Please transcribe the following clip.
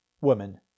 Woman